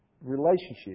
relationship